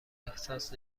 احساس